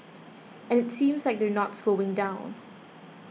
and it seems like they're not slowing down